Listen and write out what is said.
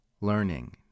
Learning